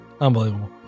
unbelievable